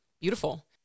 Beautiful